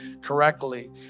correctly